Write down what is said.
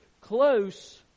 close